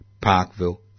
Parkville